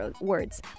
words